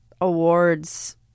awards